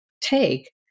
take